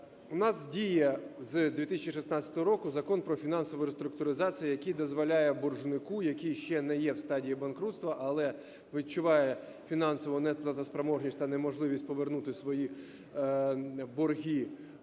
У нас діє з 2016 року Закон "Про фінансову реструктуризацію", який дозволяє боржнику, який ще не є в стадії банкрутства, але відчуває фінансову неплатоспроможність та неможливість повернути свої борги